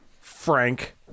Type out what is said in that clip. Frank